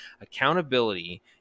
Accountability